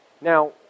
now